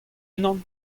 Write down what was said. unan